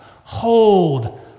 hold